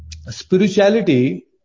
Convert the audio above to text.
spirituality